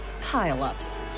pile-ups